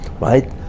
right